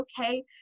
okay